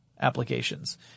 applications